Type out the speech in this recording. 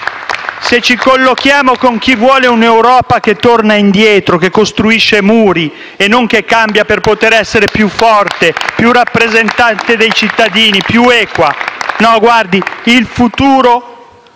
se ci collochiamo con chi vuole un'Europa che torna indietro, che costruisce muri *(Applausi dal Gruppo PD)*e non che cambia per poter essere più forte, più rappresentativa dei cittadini e più equa? No, guardi, il futuro